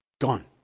Gone